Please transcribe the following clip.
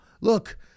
look